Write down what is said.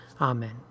Amen